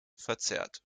verzerrt